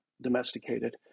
domesticated